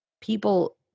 people